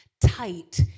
tight